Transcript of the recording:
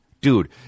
Dude